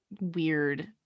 weird